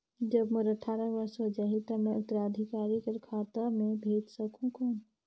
जब मोर अट्ठारह वर्ष हो जाहि ता मैं उत्तराधिकारी कर खाता मे भेज सकहुं कौन?